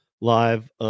live